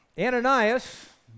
Ananias